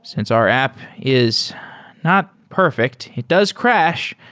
since our app is not perfect, it does crash,